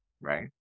right